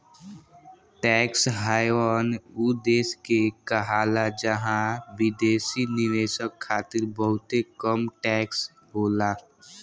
tax haven उ देश के कहाला जहां विदेशी निवेशक खातिर बहुते कम टैक्स होला